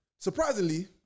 Surprisingly